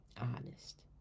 honest